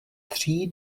tří